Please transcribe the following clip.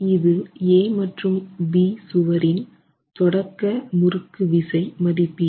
இது A மற்றும் B சுவரின் தொடக்க முறுக்கு விசை மதிப்பீடு